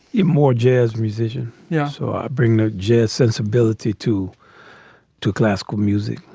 yeah more jazz musician? yeah. so i bring the jazz sensibility to to classical music.